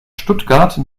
stuttgart